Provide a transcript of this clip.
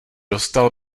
dostal